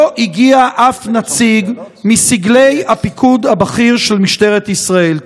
לא הגיע אף נציג מסגלי הפיקוד הבכיר של משטרת ישראל?